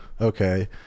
Okay